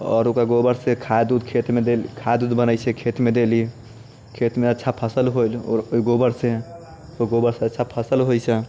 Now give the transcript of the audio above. आओर ओकर गोबरसँ खाद उद खेतमे देली खाद उद बनै छै खेतमे देली खेतमे अच्छा फसल होल ओइ गोबरसँ ओ गोबरसँ अच्छा फसल होइ छै